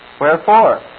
Wherefore